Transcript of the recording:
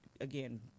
again